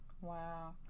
Wow